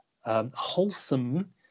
wholesome